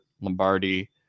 Lombardi